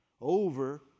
over